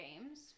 games